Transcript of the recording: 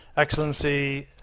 excellency,